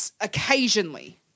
occasionally